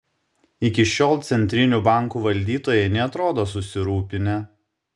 iki šiol centrinių bankų valdytojai neatrodo susirūpinę